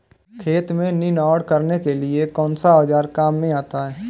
खेत में निनाण करने के लिए कौनसा औज़ार काम में आता है?